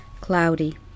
cloudy